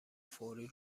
فوری